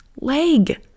leg